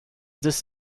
this